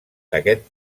aquest